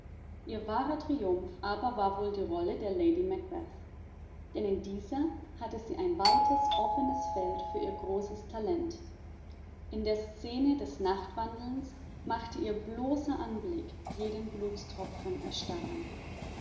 ihr wahrer triumph aber war wohl die rolle der lady macbeth denn in dieser hatte sie ein weites offenes feld für ihr großes talent in der szene des nachtwandelns machte ihr bloßer anblick jeden blutstropfen erstarren